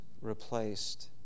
replaced